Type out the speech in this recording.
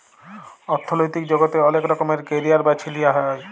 অথ্থলৈতিক জগতে অলেক রকমের ক্যারিয়ার বাছে লিঁয়া যায়